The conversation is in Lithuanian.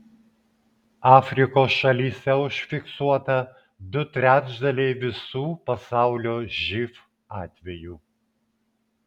afrikos šalyse užfiksuota du trečdaliai visų pasaulio živ atvejų